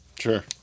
Sure